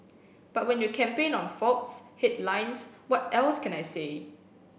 but when you campaign on faults headlines what else can I say